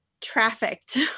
trafficked